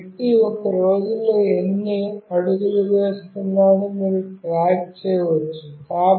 ఒక వ్యక్తి ఒక రోజులో ఎన్ని అడుగులు వేస్తున్నాడో మీరు ట్రాక్ చేయవచ్చు